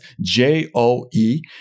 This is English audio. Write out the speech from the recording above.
J-O-E